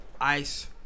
ice